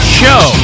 show